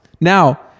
Now